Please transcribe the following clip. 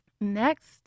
Next